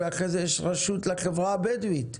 ואחרי זה יש רשות לחברה הבדווית.